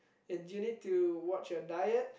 and you need to watch your diet